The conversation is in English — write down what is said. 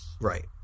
Right